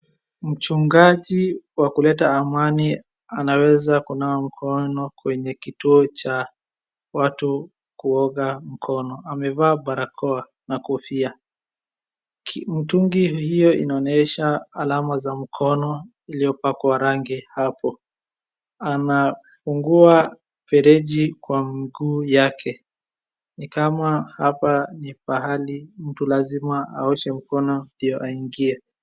Mchungaji wa kuleta amani anaweza kunawa mkono kwenye kituo cha watu kuoga mkono, amevaa barakoa na kofia, mtungi hiyo inaonyesha alama za mkono iliyopakwa rangi hapo. Anafungua mfereji kwa mguu yake, nikama hapa ni pahali mtu lazima aoshe mkono ndio aingie.